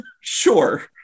Sure